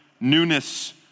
newness